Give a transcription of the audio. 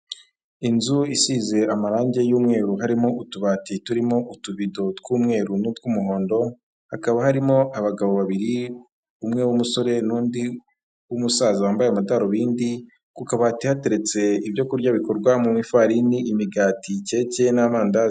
Inzu isize amarangi y'umweru harimo utubati turimo utubido tw'umweruru tw'umuhondo, hakaba harimo abagabo babiri, umwe w'umusore n'undi w'umusaza wambaye amadarubindi, ku kabati hateretse ibyo kurya bikorwa mu ifarini imigati keke n'amandazi.